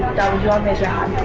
your measure and